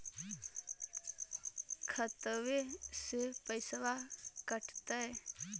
खतबे से पैसबा कटतय?